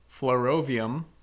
fluorovium